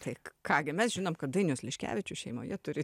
tai ką gi mes žinom kad dainius liškevičius šeimoje turi